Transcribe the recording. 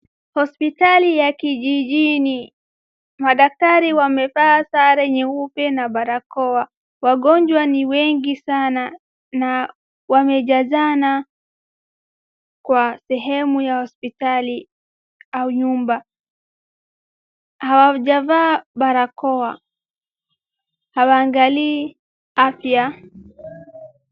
Hospitali ya kijijini. Madaktari wamevaa sare nyeupe na barakoa. Wagonjwa ni wengi sana wamejazana kwa sehemu ya hospitali au nyumba. Hawjavaa barakoa, hawaangalii afya.